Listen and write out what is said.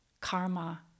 karma